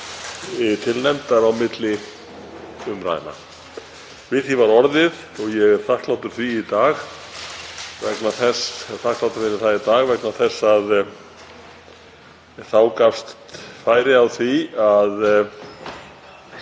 til nefndar á milli umræðna. Við því var orðið og ég er þakklátur fyrir það í dag vegna þess að þá gafst færi á því að